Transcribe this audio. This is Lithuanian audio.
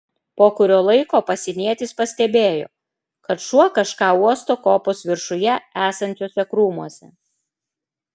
po kurio laiko pasienietis pastebėjo kad šuo kažką uosto kopos viršuje esančiuose krūmuose